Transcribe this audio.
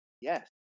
Yes